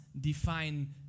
define